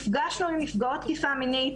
הפגשנו עם נפגעות תקיפה מינית.